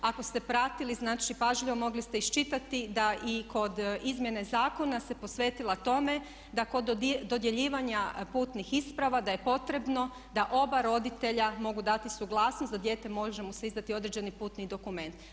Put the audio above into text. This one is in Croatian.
Ako ste pratili znači pažljivo mogli ste iščitati da i kod izmjene zakona se posvetilo tome da kod dodjeljivanja putnih isprava da je potrebno da oba roditelja mogu dati suglasnost da dijete može mu se izdati određeni putni dokument.